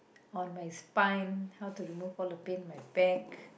on my spine how to remove all the pain on my back